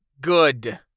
Good